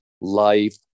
life